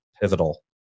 pivotal